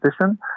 position